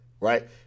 Right